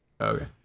Okay